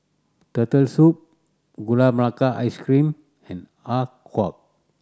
Turtle Soup Gula Melaka Ice Cream and Har Kow